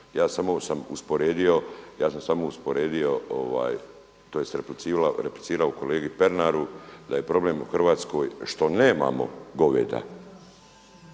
ja sam samo usporedio, tj. replicirao kolegi Pernaru da je problem u Hrvatskoj što nemamo goveda,